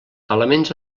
elements